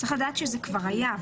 יש לדעת שזה כבר היה,